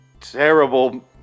terrible